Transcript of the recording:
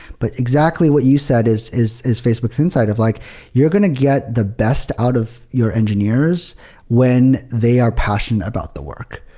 but exactly what you said is is is facebook's insight of like you're going to get the best out of your engineers when they are passionate about the work,